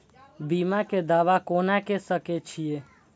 बीमा के दावा कोना के सके छिऐ?